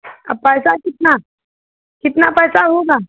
और पैसा कितना कितना पैसा होगा